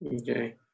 Okay